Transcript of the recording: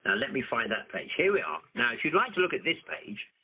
and let me find that page. here we are. now if you'd like to look at this page,